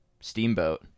steamboat